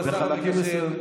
לוי,